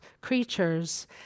creatures